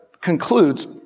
concludes